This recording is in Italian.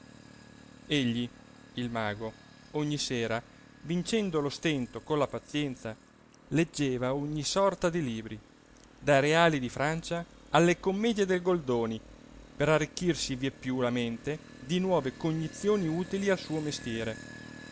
egli il mago ogni sera vincendo lo stento con la pazienza leggeva ogni sorta di libri dai reali di francia alle commedie del goldoni per arricchirsi vieppiù la mente di nuove cognizioni utili al suo mestiere